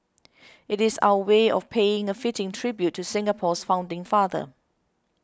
it is our way of paying a fitting tribute to Singapore's founding father